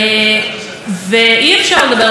היא קשורה גם לנורמות חברתיות,